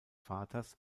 vaters